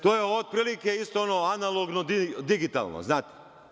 To je otprilike isto ono analogno, digitalno, znate.